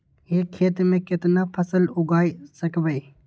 एक खेत मे केतना फसल उगाय सकबै?